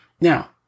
Now